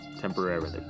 temporarily